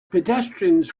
pedestrians